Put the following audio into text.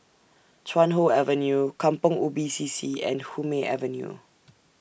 Chuan Hoe Avenue Kampong Ubi C C and Hume Avenue